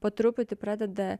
po truputį pradeda